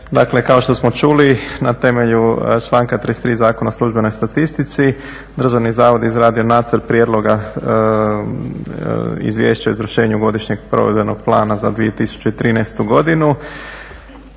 dakle, kao što smo čuli, na temelju članka 33. Zakon o službenoj statistici, Državni zavod je izradio nacrt prijedloga izvješća o izvršenju godišnjeg provedbenog plana za 2013. godinu